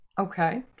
Okay